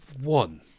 One